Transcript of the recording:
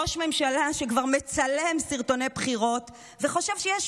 ראש ממשלה שכבר מצלם סרטוני בחירות וחושב שיש